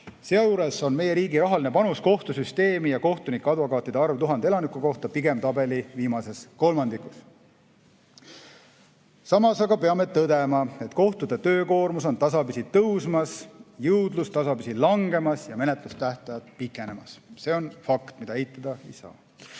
Seejuures on meie riigi rahaline panus kohtusüsteemi ning kohtunike ja advokaatide arv 1000 elaniku kohta pigem tabeli viimases kolmandikus. Samas peame tõdema, et kohtute töökoormus on tasapisi tõusmas, jõudlus tasapisi langemas ja menetlustähtajad pikenemas. See on fakt, mida eitada ei saa.